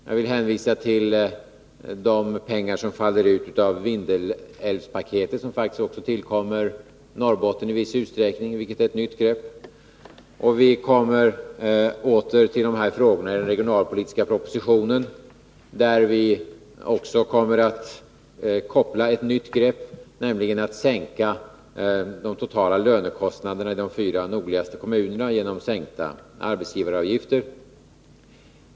Jag vill hänvisa till de pengar som faller ut av Vindelälvspaketet, som faktiskt också tillkommer Norrbotten i viss utsträckning, vilket är ett nytt grepp. Vi kommer åter till de här frågorna i den regionalpolitiska propositionen, där vi också kommer att koppla ett nytt grepp, nämligen att sänka de totala lönekostnaderna i de fyra nordligaste kommunerna genom minskningar av arbetsgivaravgifter.